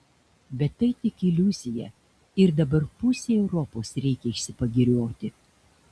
bet tai tik iliuzija ir dabar pusei europos reikia išsipagirioti